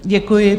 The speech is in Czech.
Děkuji.